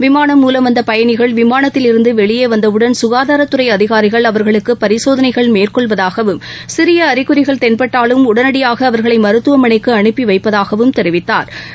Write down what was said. விமானம் மூலம் வந்த பயனிகள் விமானத்தில் இருந்து வெளியே வந்தவுடன் சுகாதாரத் துறை அதிகாரிகள் அவர்களுக்கு பரிசோதனைகள் மேற்கொள்வதாகவும் சிறிய அறிகறிகள் தென்பட்டாலும் உடனடியாக அவா்களை மருத்துவமனைக்கு அனுப்பி வைப்பதாகவும் அவா் தெரிவித்தாா்